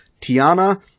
Tiana